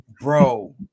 bro